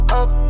up